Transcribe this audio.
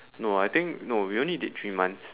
no I think no we only did three months